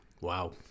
Wow